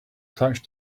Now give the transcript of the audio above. touched